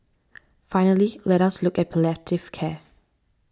finally let us look at palliative care